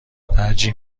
ترجیح